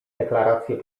deklarację